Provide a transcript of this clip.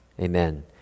Amen